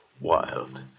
wild